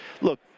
look